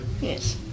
Yes